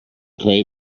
crate